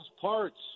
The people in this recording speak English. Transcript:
parts